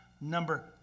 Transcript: number